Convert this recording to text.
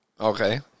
Okay